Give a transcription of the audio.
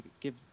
give